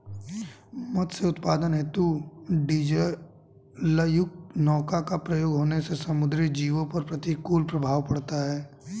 मत्स्य उत्पादन हेतु डीजलयुक्त नौका का प्रयोग होने से समुद्री जीवों पर प्रतिकूल प्रभाव पड़ता है